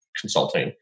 consulting